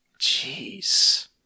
Jeez